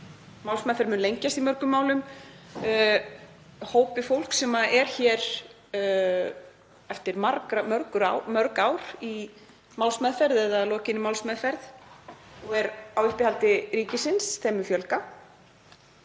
Málsmeðferð mun lengjast í mörgum málum. Því fólki sem er hér eftir mörg ár í málsmeðferð eða að lokinni málsmeðferð og er á uppihaldi ríkisins mun fjölga.